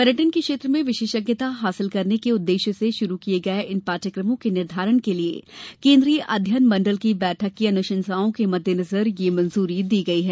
पर्यटन के क्षेत्र में विशेषज्ञता हासिल करने के उद्देश्य से शुरू किए गए इन पाठ्यक्रमों के निर्धारण के लिए केन्द्रीय अध्ययन मंडल की बैठक की अनुसंशाओं के मद्देनजर यह मंजूरी दी गयी है